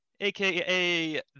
AKA